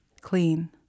clean